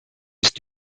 ist